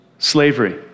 slavery